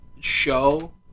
show